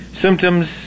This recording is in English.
symptoms